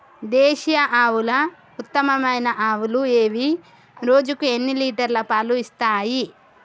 దేశీయ ఆవుల ఉత్తమమైన ఆవులు ఏవి? రోజుకు ఎన్ని లీటర్ల పాలు ఇస్తాయి?